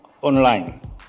online